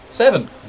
seven